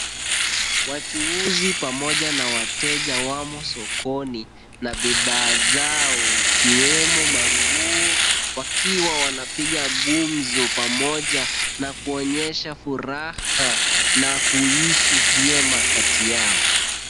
Wachuuzi pamoja wa wateja wamo sokoni, na bidhaa zao ikiwemo manguo wakiwa wanapiga gumzo pamoja na kuonyesha furaha na kuishi vyema kati yao.